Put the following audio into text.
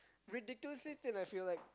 ridiculously thin I feel like